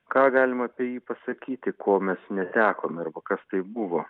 ką galim apie jį pasakyti ko mes netekom arba kas tai buvo